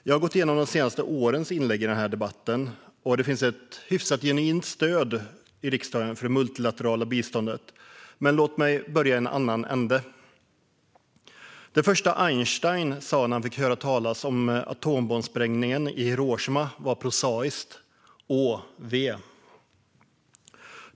Jag har gått igenom de senaste årens inlägg i denna debatt, och det finns ett hyfsat genuint stöd i riksdagen för det multilaterala biståndet. Men låt mig börja i en annan ände! Det första Einstein sa när han fick höra talas om atombombssprängningen i Hiroshima var det prosaiska: Åh, ve!